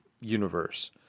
universe